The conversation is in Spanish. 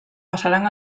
pasarán